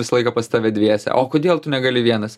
visą laiką pas tave dviese o kodėl tu negali vienas